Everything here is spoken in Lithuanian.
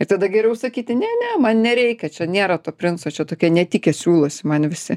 ir tada geriau sakyti ne ne man nereikia čia nėra to princo čia tokie netikę siūlosi man visi